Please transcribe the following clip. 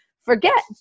forget